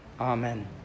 Amen